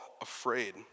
afraid